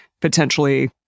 potentially